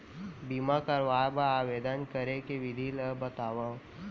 बीमा करवाय बर आवेदन करे के विधि ल बतावव?